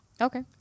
Okay